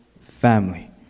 family